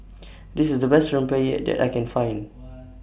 This IS The Best Rempeyek that I Can Find